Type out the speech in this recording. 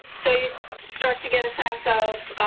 so start to get a sense of